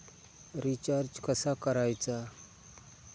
Recharge कसा करायचा?